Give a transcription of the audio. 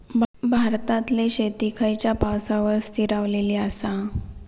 भारतातले शेती खयच्या पावसावर स्थिरावलेली आसा?